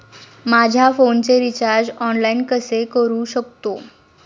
माझ्या फोनचे recharge online कसे करू शकतो?